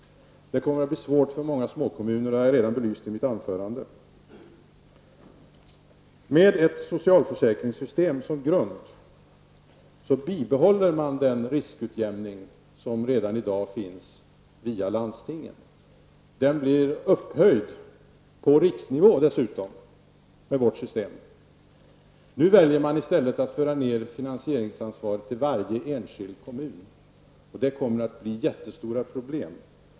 Det kommer att bli svårt för många små kommuner, och det har jag redan belyst i mitt anförande. Med ett socialförsäkringssystem som grund bibehåller man den riskutjämning som redan i dag finns via landstingen. Den blir dessutom med vårt system upphöjd till riksnivå. Nu väljer man i stället att föra ned finansieringsansvaret till varje enskild kommun, och det kommer att bli jättestora problem.